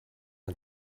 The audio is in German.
man